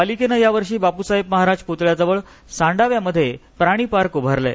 पालिकेने यावर्षी बापूसाहेब महाराज पुतळय़ाजवळ सांडव्यामध्ये प्राणी पार्क उभारला आहे